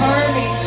army